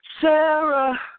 Sarah